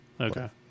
okay